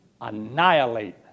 annihilate